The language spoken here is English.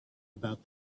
about